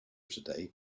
today